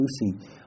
Lucy